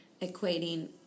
equating